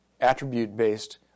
attribute-based